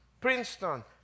Princeton